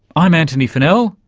i'm antony funnell,